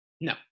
No